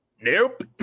Nope